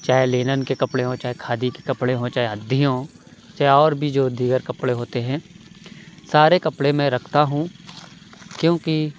چاہے لینن کے کپڑے ہوں یا کھادی کے کپڑے ہوں چاہے ادھی ہوں چاہے اور بھی جو دیگر کپڑے ہوتے ہیں سارے کپڑے میں رکھتا ہوں کیوں کہ